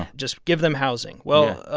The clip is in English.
and just give them housing. well,